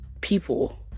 people